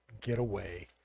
getaway